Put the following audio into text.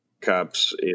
cops